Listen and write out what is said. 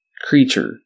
creature